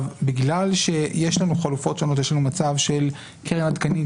בגלל שיש לנו חלופות שונות יש לנו מצב של קרן עדכנית